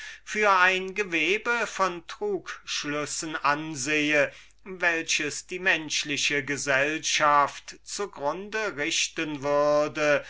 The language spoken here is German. für ein gewebe von trugschlüssen ansehen welche die menschliche gesellschaft zu grunde richten würden